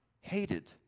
hated